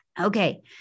Okay